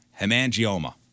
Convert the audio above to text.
Hemangioma